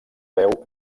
veu